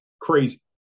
crazy